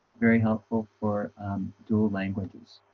very helpful for dual languages